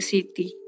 City